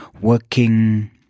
working